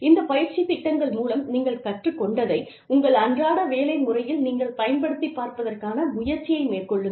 இந்த பயிற்சித் திட்டங்கள் மூலம் நீங்கள் கற்றுக் கொண்டதை உங்கள் அன்றாட வேலை முறையில் நீங்கள் பயன்படுத்தி பார்ப்பதற்கான முயற்சியை மேற்கொள்ளுங்கள்